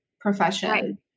profession